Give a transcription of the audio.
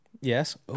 Yes